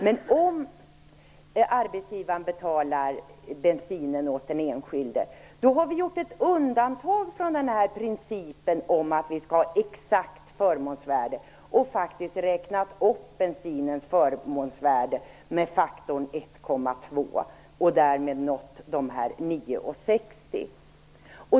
Men om arbetsgivaren betalar bensinen åt den enskilda har vi gjort ett undantag från principen att ha ett exakt förmånsvärde och faktiskt räknat upp bensinens förmånsvärde med faktorn 1,2 och därmed nått dessa 9:60.